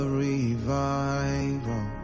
revival